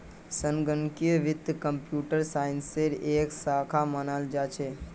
संगणकीय वित्त कम्प्यूटर साइंसेर एक शाखा मानाल जा छेक